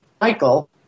Michael